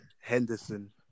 Henderson